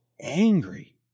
angry